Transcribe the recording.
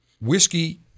whiskey